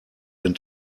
den